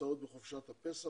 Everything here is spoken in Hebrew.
נמצאות בחופשת הפסח,